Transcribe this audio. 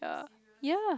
yeah yeah